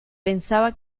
pensaba